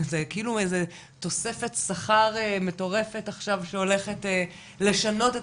זה כאילו איזה תוספת שכר מטורפת עכשיו שהולכת לשנות את